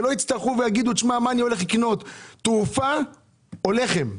שלא יצטרכו להחליט אם לקנות תרופה או לחם.